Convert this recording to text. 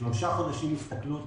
שלושה חודשים הסתכלות.